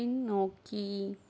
பின்னோக்கி